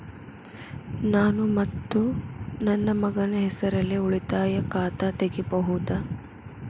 ನಾನು ಮತ್ತು ನನ್ನ ಮಗನ ಹೆಸರಲ್ಲೇ ಉಳಿತಾಯ ಖಾತ ತೆಗಿಬಹುದ?